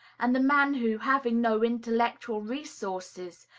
and the man who, having no intellectual resources,